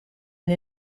and